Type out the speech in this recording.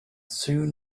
soon